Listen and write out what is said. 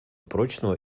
прочного